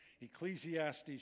Ecclesiastes